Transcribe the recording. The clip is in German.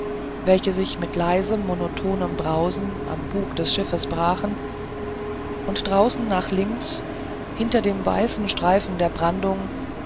welche sich mit leisem monotonem brausen am bug des schiffs brachen und draußen nach links hinter dem weißen streifen der brandung